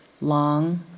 long